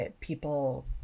people